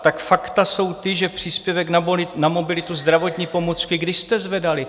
Tak fakta jsou ta, že příspěvek na mobilitu, zdravotní pomůcky, kdy jste zvedali?